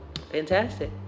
Fantastic